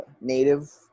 native